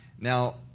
Now